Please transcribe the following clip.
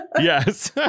yes